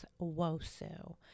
Wosu